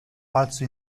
falso